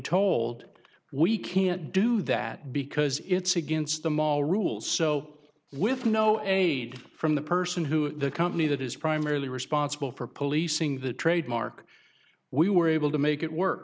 told we can't do that because it's against the mall rule so with no aid from the person who is the company that is primarily responsible for policing the trademark we were able to make it work